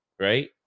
right